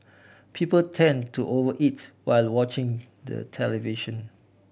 people tend to over eat while watching the television